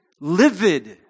livid